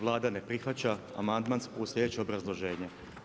Vlada ne prihvaća amandman uz slijedeće obrazloženje.